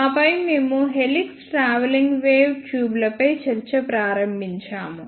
ఆపై మేము helix travelling wave ట్యూబ్లపై చర్చ ప్రారంభించాము